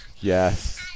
Yes